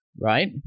Right